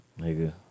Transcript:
nigga